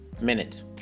Minute